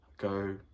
go